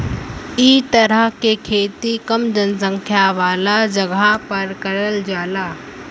इ तरह के खेती कम जनसंख्या वाला जगह पर करल जाला